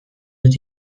dut